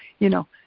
you know.